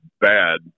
bad